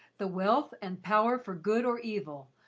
the wealth, and power for good or evil,